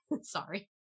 sorry